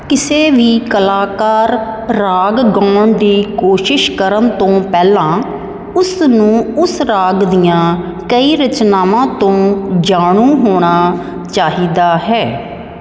ਕਿਸੇ ਵੀ ਕਲਾਕਾਰ ਰਾਗ ਗਾਉਣ ਦੀ ਕੋਸ਼ਿਸ਼ ਕਰਨ ਤੋਂ ਪਹਿਲਾਂ ਉਸ ਨੂੰ ਉਸ ਰਾਗ ਦੀਆਂ ਕਈ ਰਚਨਾਵਾਂ ਤੋਂ ਜਾਣੂ ਹੋਣਾ ਚਾਹੀਦਾ ਹੈ